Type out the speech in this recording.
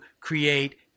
create